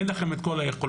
אין לכם את כל היכולות,